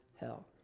hell